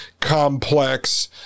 complex